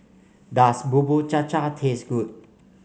does Bubur Cha Cha taste good